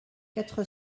quatre